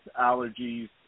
allergies